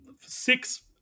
six